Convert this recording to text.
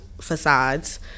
facades